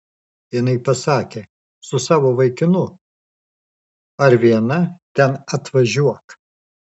jinai pasakė su savo vaikinu ar viena ten atvažiuok